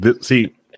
see